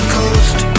coast